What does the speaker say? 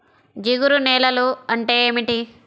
జిగురు నేలలు అంటే ఏమిటీ?